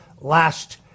last